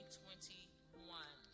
2021